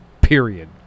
period